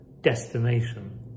destination